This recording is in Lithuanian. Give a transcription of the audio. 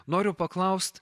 noriu paklaust